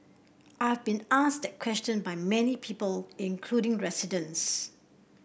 I've been asked that question by many people including residents